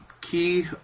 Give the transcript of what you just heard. key